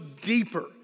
deeper